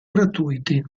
gratuiti